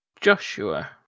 Joshua